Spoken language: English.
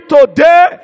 Today